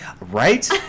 Right